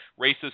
racist